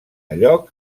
lloc